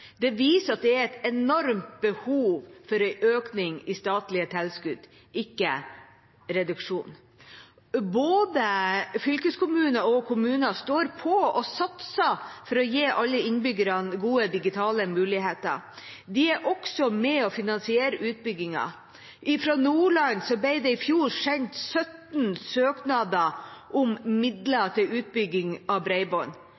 Det viser at det er et enormt behov for en økning i statlige tilskudd, ikke en reduksjon. Både fylkeskommuner og kommuner står på og satser for å gi alle innbyggerne gode digitale muligheter. De er også med og finansierer utbyggingen. Fra Nordland ble det i fjor sendt 17 søknader om midler